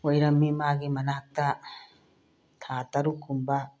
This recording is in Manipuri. ꯑꯣꯏꯔꯝꯃꯤ ꯃꯥꯒꯤ ꯃꯅꯥꯛꯇ ꯊꯥ ꯇꯔꯨꯛ ꯀꯨꯝꯕ